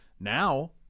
Now